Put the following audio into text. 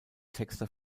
texter